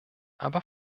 aber